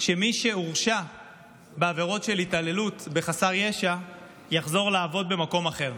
שמי שהורשע בעבירות של התעללות בחסר ישע יחזור לעבוד במקום אחר.